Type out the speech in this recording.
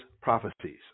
prophecies